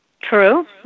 True